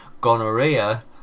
Gonorrhea